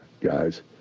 guys